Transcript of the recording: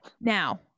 now